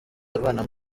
avanamo